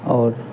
और